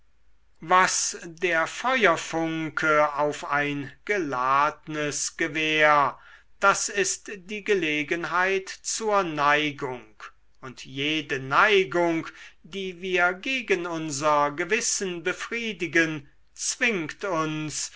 was der feuerfunke auf ein geladnes gewehr das ist die gelegenheit zur neigung und jede neigung die wir gegen unser gewissen befriedigen zwingt uns